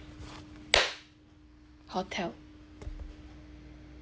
hotel